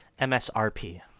MSRP